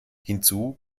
hinzu